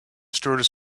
stewardess